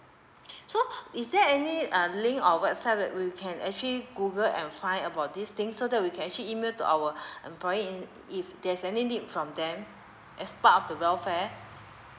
so is there any uh link or website that we can actually google and find about this thing so that we can actually email to our employee and if there's any need from them as part of the welfare